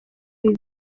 ibi